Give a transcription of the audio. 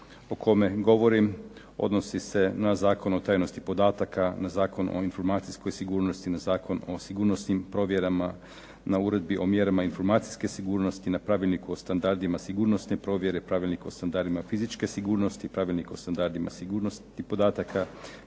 o kome govorim odnosi se na Zakon o tajnosti podataka, na Zakon o informacijskoj sigurnosti, na Zakon o sigurnosnim provjerama, na uredbi o mjerama informacijske sigurnosti, na Pravilniku o standardima sigurnosne provjere, Pravilnik o standardima fizičke sigurnosti, Pravilnik o standardima sigurnosnih podatka,